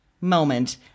moment